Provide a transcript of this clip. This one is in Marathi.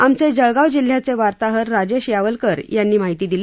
आमचे जळगाव जिल्ह्याचे वार्ताहर राजेश यावलकर यांनी माहीती दिली